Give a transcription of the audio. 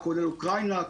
כולל אוקראינה,